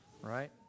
right